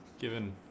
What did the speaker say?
given